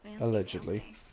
allegedly